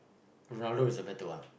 Ronaldo is the better one